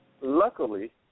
Luckily